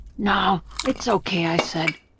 no, it's okay, i said.